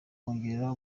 kongera